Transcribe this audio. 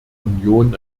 union